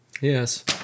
Yes